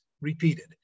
repeated